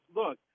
look